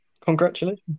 Congratulations